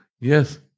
Yes